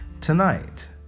tonight